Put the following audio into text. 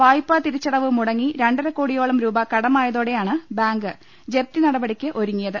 വായ്പാതിരിച്ചടവ് മുട്ടങ്ങി രണ്ടരക്കോടി യോളം രൂപ കടമായതോടെയാണ് ബാങ്ക് ജപ്തി നടപടിക്ക് ഒരു ങ്ങിയത്